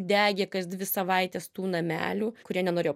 degė kas dvi savaites tų namelių kurie nenorėjo